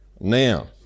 now